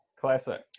Classic